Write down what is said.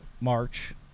March